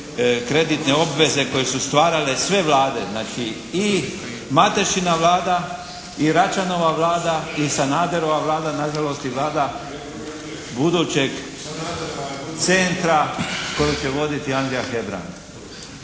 kreditne obveze koje su stvarale sve Vlade, znači i Matešina Vlada, i Račanova Vlada i Sanaderova Vlada na žalost i Vlada budućeg centra koju će voditi Andrija Hebrang.